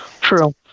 True